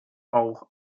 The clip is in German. auch